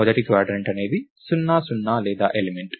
మొదటి క్వాడ్రంట్ అనేది 0 0 లేదా ఎలిమెంట్